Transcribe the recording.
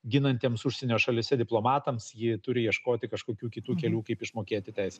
ginantiems užsienio šalyse diplomatams ji turi ieškoti kažkokių kitų kelių kaip išmokėti teisę